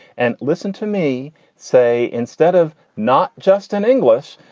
and listen to me say, instead of not just in english,